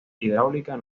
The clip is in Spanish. hidráulica